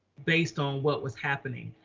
based on what was happening?